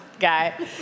Guy